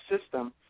system